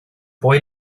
boy